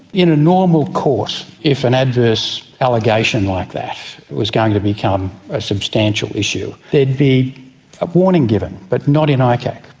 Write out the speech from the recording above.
in a normal court, if an adverse allegation like that was going to become a substantial issue, there would be a warning given, but not in icac.